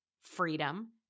freedom